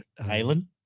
Halen